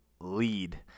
lead